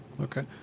Okay